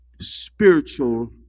spiritual